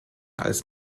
als